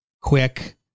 quick